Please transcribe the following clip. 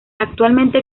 actualmente